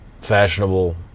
fashionable